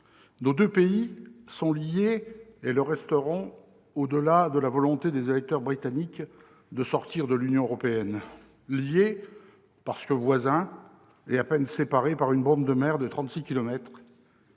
Nos deux pays sont liés, et ils le resteront au-delà de la volonté des électeurs britanniques de sortir de l'Union européenne. Ils sont liés parce qu'ils sont voisins et à peine séparés par une bande de mer large